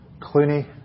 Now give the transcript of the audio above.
Clooney